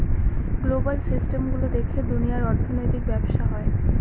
global system গুলো দেখে দুনিয়ার অর্থনৈতিক ব্যবসা হয়